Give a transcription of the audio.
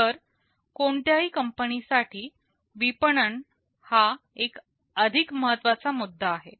तर कोणत्याही कंपनी साठी विपणन हा एक अधिक महत्त्वाचा मुद्दा आहे